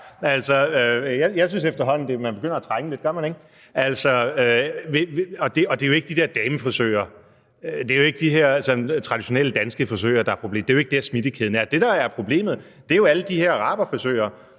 Jeg synes efterhånden, man begynder at trænge lidt til en klipning, gør man ikke? Og det er jo ikke de der damefrisører, ikke de her traditionelle danske frisører, der er problemet. Det er jo ikke der, smittekæderne er. Det, der er problemet, er jo alle de her araberfrisører,